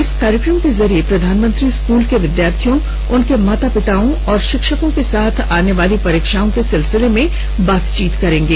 इस कार्यक्रम के जरिए प्रधानमंत्री स्कूल के विद्यार्थियों उनके माता पिताओं और शिक्षकों के साथ आने वाली परीक्षाओं के सिलसिले में बातचीत करेंगे